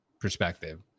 perspective